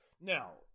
Now